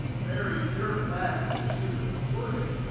mary jerked back as if she had been quirted.